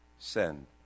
Send